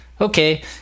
okay